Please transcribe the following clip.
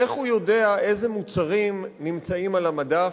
איך הוא יודע איזה מוצרים נמצאים על המדף?